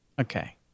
Okay